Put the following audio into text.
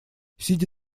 сидя